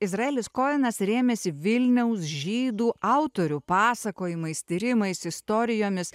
izraelis kojenas rėmėsi vilniaus žydų autorių pasakojimais tyrimais istorijomis